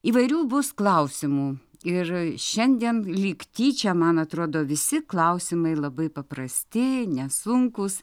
įvairių bus klausimų ir šiandien lyg tyčia man atrodo visi klausimai labai paprasti nesunkūs